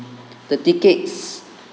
the tickets